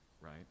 right